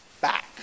back